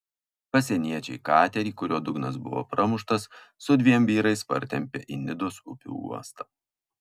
pasieniečiai katerį kurio dugnas buvo pramuštas su dviem vyrais partempė į nidos upių uostą